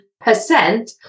percent